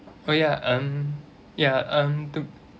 oh ya um ya um to